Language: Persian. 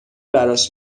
براش